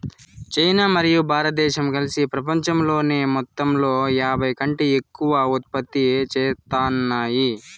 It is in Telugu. చైనా మరియు భారతదేశం కలిసి పపంచంలోని మొత్తంలో యాభైకంటే ఎక్కువ ఉత్పత్తి చేత్తాన్నాయి